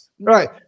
Right